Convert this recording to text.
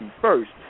first